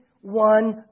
One